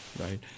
right